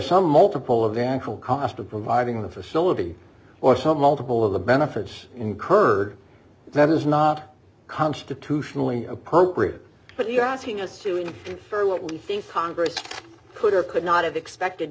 some multiple of the ankle cost of providing the facility or some multiple of the benefits incurred that is not constitutionally appropriate but you're asking assume for what you think congress could or could not have expected